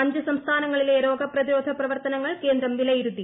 അഞ്ച് സംസ്ഥാനങ്ങളിലെ രോഗ പ്രതിരോധ പ്രവർത്തനങ്ങൾ കേന്ദ്രം വിലയിരുത്തി